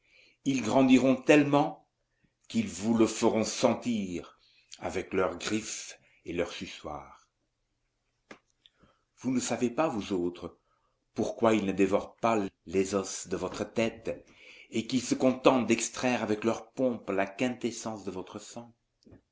ils grandiront tellement qu'ils vous le feront sentir avec leurs griffes et leurs suçoirs vous ne savez pas vous autres pourquoi ils ne dévorent pas les os de votre tête et qu'ils se contentent d'extraire avec leur pompe la quintessence de votre sang